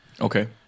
Okay